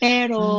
Pero